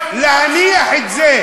ולהניח את זה,